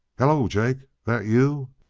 halloo, jake, that you?